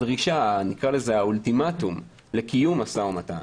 האולטימטום לקיום משא ומתן